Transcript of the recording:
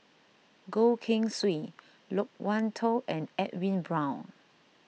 Goh Keng Swee Loke Wan Tho and Edwin Brown